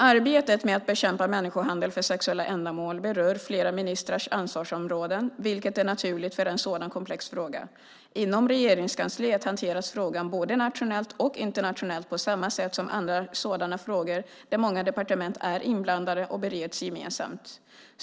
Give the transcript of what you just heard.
Arbetet med att bekämpa människohandel för sexuella ändamål berör flera ministrars ansvarsområden, vilket är naturligt för en sådan komplex fråga. Inom Regeringskansliet hanteras frågan både nationellt och internationellt på samma sätt som andra sådana frågor där många departement är inblandade och bereds gemensamt.